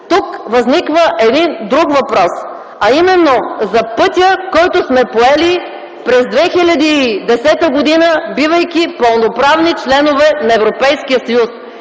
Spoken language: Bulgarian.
Тук възниква един друг въпрос, а именно за пътя, който сме поели през 2010 г., бивайки пълноправни членове на Европейския съюз.